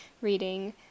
reading